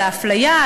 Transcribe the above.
על האפליה,